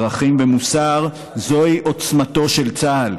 ערכים ומוסר, זוהי עוצמתו של צה"ל.